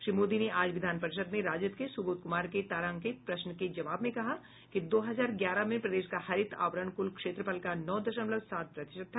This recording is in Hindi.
श्री मोदी ने आज विधान परिषद में राजद के सुबोध कुमार के तारांकित प्रश्न के जवाब में कहा कि दो हजार ग्यारह में प्रदेश का हरित आवरण कुल क्षेत्रफल का नौ दशमलव सात नौ प्रतिशत था